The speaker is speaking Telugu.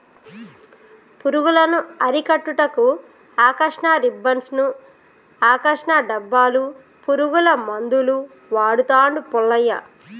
పురుగులను అరికట్టుటకు ఆకర్షణ రిబ్బన్డ్స్ను, ఆకర్షణ డబ్బాలు, పురుగుల మందులు వాడుతాండు పుల్లయ్య